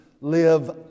live